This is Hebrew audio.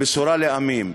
הבשורה לעמים?